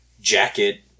jacket